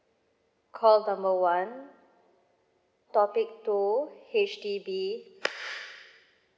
call number one topic two H_D_B